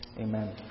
Amen